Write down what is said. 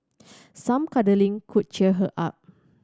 some cuddling could cheer her up